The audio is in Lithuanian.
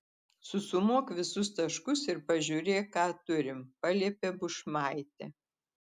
susumuok visus taškus ir pažiūrėk ką turim paliepė bušmaitė